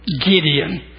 Gideon